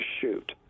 shoot